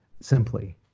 simply